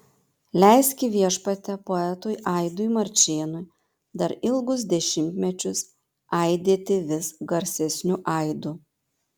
leiski viešpatie poetui aidui marčėnui dar ilgus dešimtmečius aidėti vis garsesniu aidu